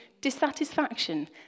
dissatisfaction